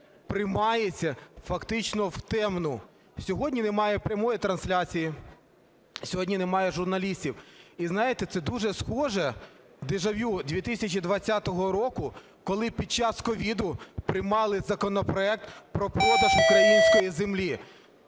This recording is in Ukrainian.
приймається фактично втемну. Сьогодні немає прямої трансляції, сьогодні немає журналістів. І, знаєте, це дуже схоже дежавю 2020 року, коли під час COVID приймали законопроект про продаж української землі.